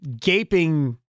gaping